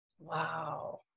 Wow